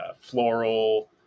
floral